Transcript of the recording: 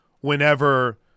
whenever